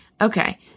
Okay